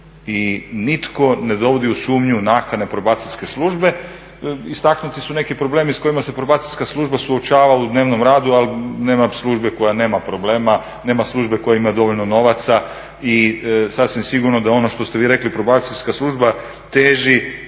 i nitko ne dovodi u sumnju nakane probacijske službe, istaknuti su neki problemi s kojima se probacijska služba suočava u dnevnom radu, ali nema službe koja nema problema, nema službe koja ima dovoljno novaca i sasvim sigurno da je ono što ste vi rekli, probacijska služba teži